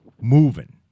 moving